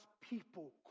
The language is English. people